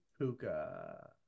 puka